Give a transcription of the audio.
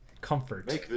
Comfort